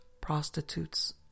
prostitutes